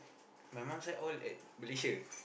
my mum side all at Malaysia